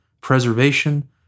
preservation